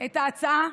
את ההצעה,